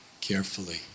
carefully